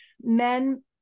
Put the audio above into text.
men